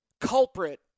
culprit